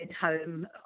home